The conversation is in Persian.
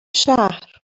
شهر